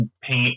paint